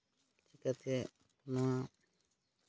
ᱪᱤᱠᱟᱹᱛᱮ ᱱᱚᱣᱟ